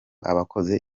abakoze